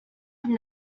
from